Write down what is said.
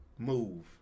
Move